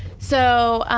so